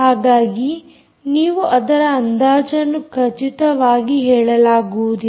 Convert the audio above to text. ಹಾಗಾಗಿ ನೀವು ಅದರ ಅಂದಾಜನ್ನು ಖಚಿತವಾಗಿ ಹೇಳಲಾಗುವುದಿಲ್ಲ